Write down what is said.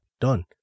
done